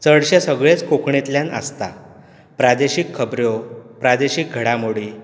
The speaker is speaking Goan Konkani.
चडशें सगळेच कोंकणीतल्यान आसता प्रादेशीक खबरो प्रादेशीक घडामोडी